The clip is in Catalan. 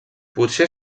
potser